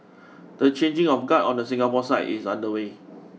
the changing of guard on the Singapore side is underway